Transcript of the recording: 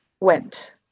went